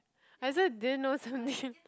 I also didn't know some name